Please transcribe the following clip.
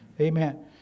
Amen